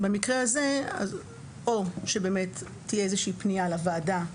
במקרה הזה או שבאמת תהיה איזושהי פנייה לוועדה,